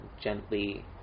gently